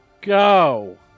Go